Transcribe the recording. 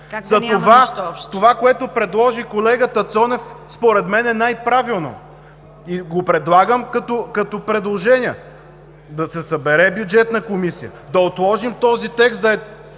Това, което предложи колегата Цонев, според мен е най-правилно. И го предлагам като предложение – да се събере Бюджетната комисия, да отложим този текст, да е т.